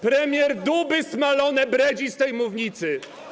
Premier duby smalone bredzi z tej mównicy.